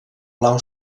blau